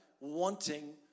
wanting